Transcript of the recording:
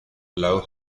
low